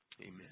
Amen